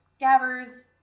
Scabbers